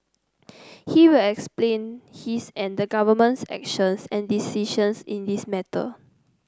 he will explain his and the Government's actions and decisions in this matter